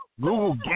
Google